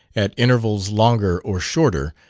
at intervals longer or shorter,